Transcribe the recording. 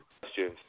questions